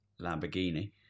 Lamborghini